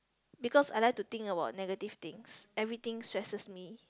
because I like to think about negative things everything stresses me